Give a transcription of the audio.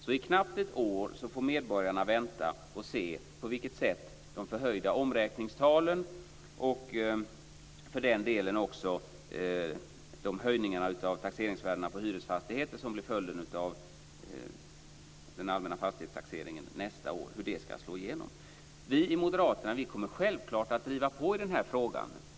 I knappt ett år får medborgarna vänta och se på vilket sätt de förhöjda omräkningstalen och de höjningar av taxeringsvärdena på hyresfastigheter som blir följden av den allmänna fastighetstaxeringen nästa år ska slå igenom. Vi i Moderaterna kommer självklart att driva på i denna fråga.